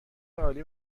عالی